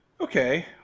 Okay